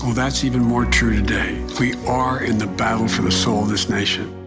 that's even more true today. we are in the battle for the soul of this nation.